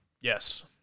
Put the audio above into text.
Yes